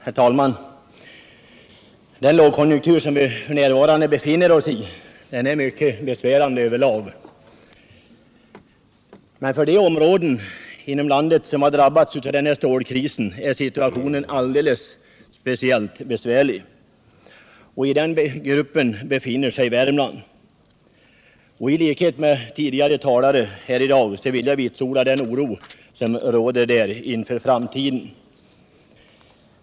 Herr talman! Den lågkonjunktur som vi f. n. befinner oss i är mycket besvärande över lag, men i de områden av landet, som drabbats av stålkrisen, är situationen alldeles speciellt besvärlig och i den gruppen befinner sig Värmland. I likhet med tidigare talare här i dag vill jag vitsorda den oro som där råder inför framtiden.